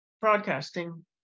broadcasting